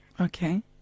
Okay